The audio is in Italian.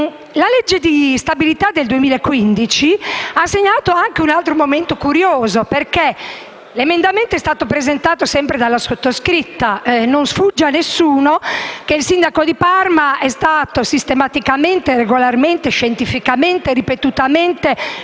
La legge di stabilità del 2015 ha segnato anche un altro momento curioso, perché anche allora l'emendamento fu presentato dalla sottoscritta. Non sfugge a nessuno che il sindaco di Parma sia stato sistematicamente, regolarmente, scientificamente e ripetutamente